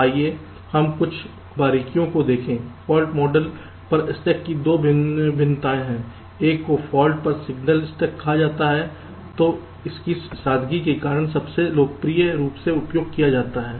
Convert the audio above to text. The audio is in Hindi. आइए हम कुछ बारीकियों को देखें फाल्ट मॉडल पर स्टक की 2 भिन्नताएं हैं एक को फाल्ट पर सिंगल स्टक कहा जाता है जो इसकी सादगी के कारण सबसे लोकप्रिय रूप से उपयोग किया जाता है